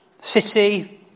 city